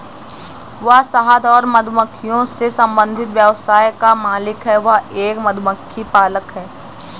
वह शहद और मधुमक्खियों से संबंधित व्यवसाय का मालिक है, वह एक मधुमक्खी पालक है